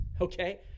okay